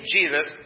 Jesus